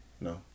No